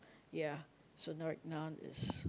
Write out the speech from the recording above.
ya so now now is